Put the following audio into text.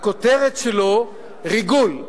הכותרת שלו היא "ריגול".